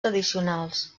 tradicionals